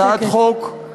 הצעת חוק,